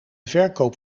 verkoop